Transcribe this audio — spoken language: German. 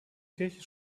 kirche